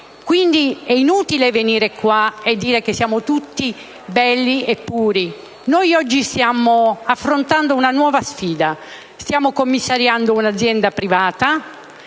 È inutile venire qua e dire che siamo tutti belli e puri. Noi oggi stiamo affrontando una nuova sfida; stiamo commissariando un'azienda privata.